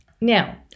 now